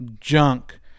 Junk